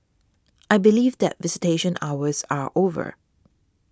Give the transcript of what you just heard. I believe that visitation hours are over